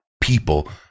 people